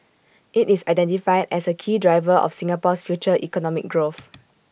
IT is identified as A key driver of Singapore's future economic growth